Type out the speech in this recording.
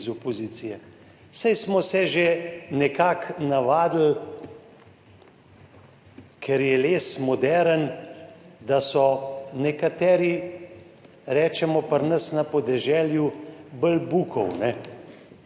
opozicije. Saj smo se že nekako navadili, ker je les moderen, da so nekateri, pri nas na podeželju rečemo, bolj bukev.